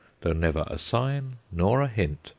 though never a sign nor a hint,